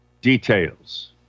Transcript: details